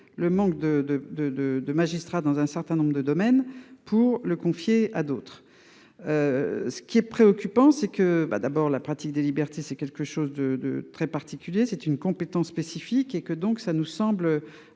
de de de de magistrats dans un certain nombre de domaines pour le confier à d'autres. Ce qui est préoccupant, c'est que bah d'abord la pratique des libertés, c'est quelque chose de, de très particulier, c'est une compétence spécifique et que donc ça nous semble